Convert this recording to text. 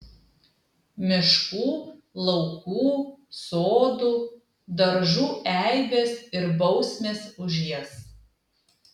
miškų laukų sodų daržų eibės ir bausmės už jas